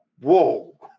Whoa